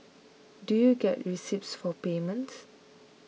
do you get receipts for payments